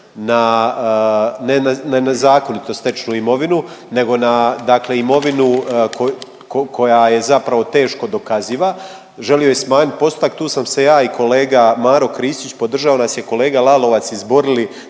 ne na nezakonito stečenu imovinu nego na dakle imovinu koja je zapravo teško dokaziva. Želio je smanjit postotak, tu sam se ja i kolega Maro Kristić podržao nas je kolega Lalovac izborili